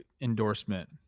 endorsement